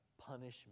punishment